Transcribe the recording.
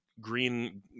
green